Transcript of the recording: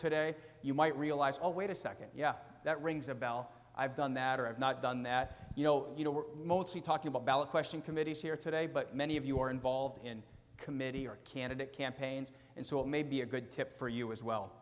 today you might realize oh wait a nd yeah that rings a bell i've done that or i've not done that you know you know we're mostly talking about ballot question committees here today but many of you are involved in committee or candidate campaigns and so it may be a good tip for you as well